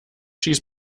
schieß